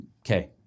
okay